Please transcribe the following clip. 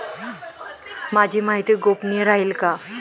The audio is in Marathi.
माझी माहिती गोपनीय राहील का?